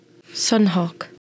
Sunhawk